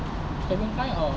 admin kind or